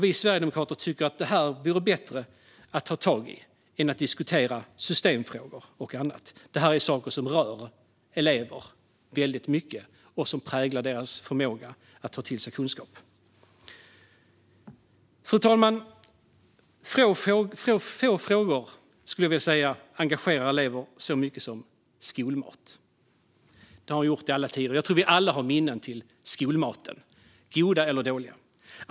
Vi sverigedemokrater tycker att det vore bättre att ta tag i detta än att diskutera systemfrågor och annat. Det här är saker som rör elever väldigt mycket och som präglar deras förmåga att ta till sig kunskap. Fru talman! Få frågor, skulle jag vilja säga, engagerar elever så mycket som skolmaten. Så har det varit i alla tider. Jag tror att vi alla har minnen av skolmaten - goda eller dåliga.